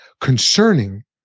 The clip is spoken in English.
concerning